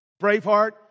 Braveheart